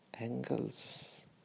angles